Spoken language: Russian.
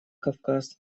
кавказ